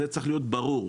זה צריך להיות ברור.